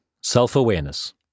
Self-Awareness